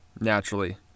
naturally